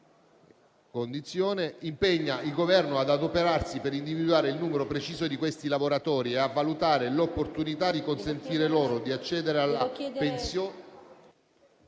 spettacolo, impegna il Governo: ad adoperarsi per individuare il numero preciso di questi lavoratori e a valutare l'opportunità di consentire loro di accedere alla pensione